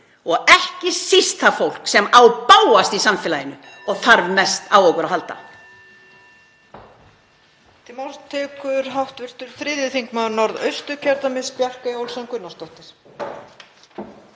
og ekki síst það fólk sem á bágast í samfélaginu og þarf mest á okkur að halda.